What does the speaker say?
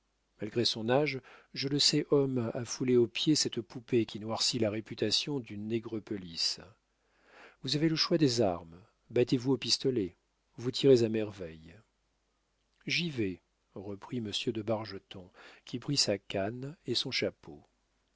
malgré son âge je le sais homme à fouler aux pieds cette poupée qui noircit la réputation d'une nègrepelisse vous avez le choix des armes battez vous au pistolet vous tirez à merveille j'y vais reprit monsieur de bargeton qui prit sa canne et son chapeau